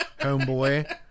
homeboy